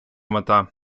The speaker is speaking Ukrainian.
мета